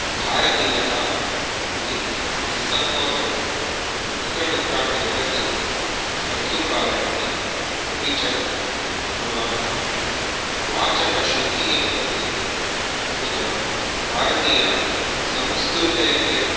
भारतीयः इति निःसङ्कोचं यत्र कुत्रापि जगति वक्तुं पारयामि अपि च मम वाचः शुद्धिः भवति अपि च भारतीयसंस्कृतेः